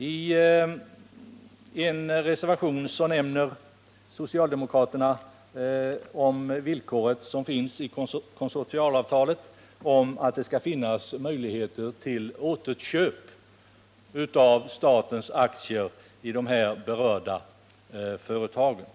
I en reservation nämner socialdemokraterna det villkor som finns i konsortialavtalet om att det skall finnas möjligheter till återköp av statens aktier i de berörda företagen.